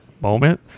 moment